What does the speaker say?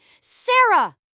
Sarah